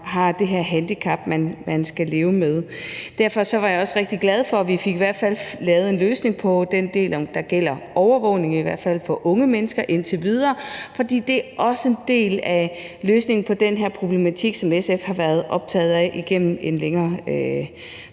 har det her handicap, man skal leve med. Derfor var jeg også rigtig glad for, at vi i hvert fald indtil videre fik lavet en løsning på den del, der gælder overvågning for unge mennesker, for det er også en del af løsningen på den her problematik, som SF har været optaget af igennem en længere